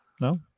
No